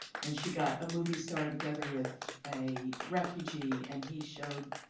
and she got a movie star together with a refugee, and he showed